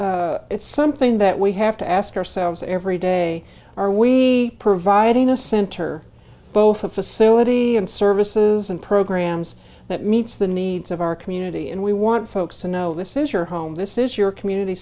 something that we have to ask ourselves every day are we providing a center both a facility and services and programs that meets the needs of our community and we want folks to know this is your home this is your community